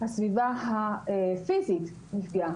הסביבה הפיסית נפגעה,